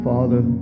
Father